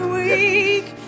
weak